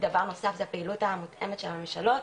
דבר נוסף זה הפעילות המותאמת של הממשלות,